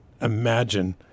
imagine